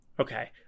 Okay